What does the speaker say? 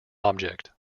object